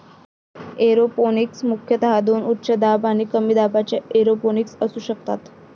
aeroponics मुख्यतः दोन उच्च दाब आणि कमी दाबाच्या एरोपोनिक्स असू शकतात